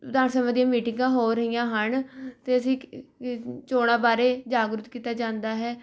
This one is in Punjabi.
ਵਿਧਾਨ ਸਭਾ ਦੀਆਂ ਮੀਟਿੰਗਾਂ ਹੋ ਰਹੀਆਂ ਹਨ ਅਤੇ ਅਸੀਂ ਚੋਣਾਂ ਬਾਰੇ ਜਾਗਰੂਕ ਕੀਤਾ ਜਾਂਦਾ ਹੈ